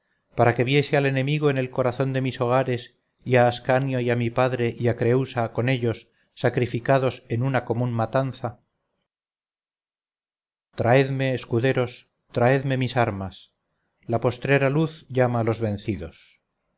para que viese al enemigo en el corazón de mis hogares y a ascanio y a mi padre y a creúsa con ellos sacrificados en una común matanza traedme escuderos traedme mis armas la postrera luz llama a los vencidos